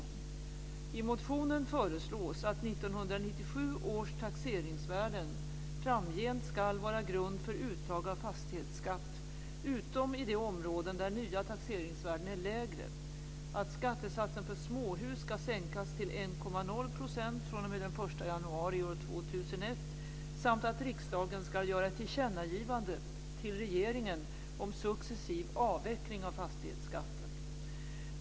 I motionen föreslås att 1997 års taxeringsvärden framgent ska vara grund för uttag av fastighetsskatt utom i de områden där nya taxeringsvärden är lägre, att skattesatsen för småhus ska sänkas till 1,0 % fr.o.m. den 1 januari 2001 samt att riksdagen ska göra ett tillkännagivande till regeringen om successiv avveckling av fastighetsskatten.